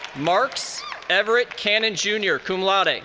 marks everett cannon jr, cum laude. and